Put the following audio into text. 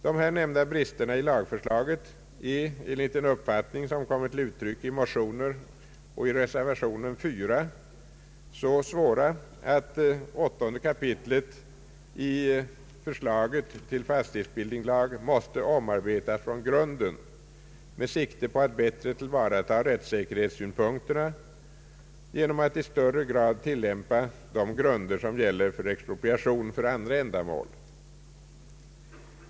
De här nämnda bristerna i lagförslaget är enligt den uppfattning som kommit till uttryck i motioner och i reservationen IV så svåra, att 8 kap. i förslaget till fastighetsbildningslag måste omarbetas från grunden med sikte på att bättre tillvarata rättssäkerhetssynpunkterna genom att i högre grad tillämpa de grunder som gäller för expropriation för andra ändamål.